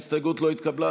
ההסתייגות לא התקבלה.